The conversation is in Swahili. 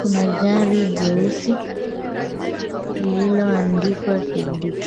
Kuna gari jeusi lililoandikwa KDK.